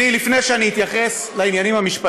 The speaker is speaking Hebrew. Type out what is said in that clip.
אנחנו גם נצליח עם 90. לפני שאתייחס לעניינים המשפטיים,